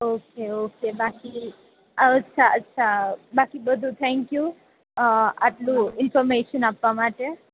okay okay બાકી અચ્છા અચ્છા બાકી બધું થેન્ક યુ આટલું ઈન્ફોર્મેશન આપવા માટે